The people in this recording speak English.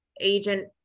agent